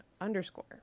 underscore